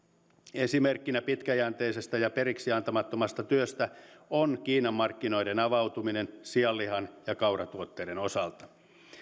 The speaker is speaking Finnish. esimerkkinä pitkäjänteisestä ja periksiantamattomasta työstä on kiinan markkinoiden avautuminen sianlihan ja kauratuotteiden osalta